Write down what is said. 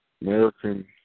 American